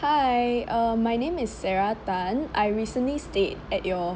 hi uh my name is sarah tan I recently stayed at your